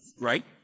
Right